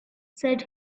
said